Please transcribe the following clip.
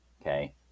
Okay